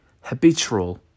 habitual